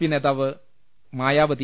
P നേതാവ് മായാവതി